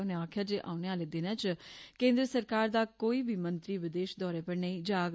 उनें आखेआ जे औने आहले दिनें च केन्द्र सरकार दा कोई बी मंत्री विदेश दौरे पर नेईं जाग